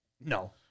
No